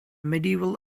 medieval